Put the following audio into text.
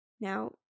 Now